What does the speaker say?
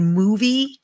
movie